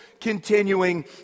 continuing